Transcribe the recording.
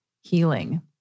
healing